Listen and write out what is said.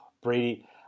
Brady